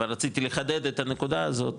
אבל רציתי לחדד את הנקודה הזאת,